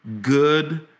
good